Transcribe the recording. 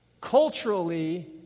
culturally